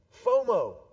FOMO